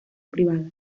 privado